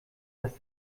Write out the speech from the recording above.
dass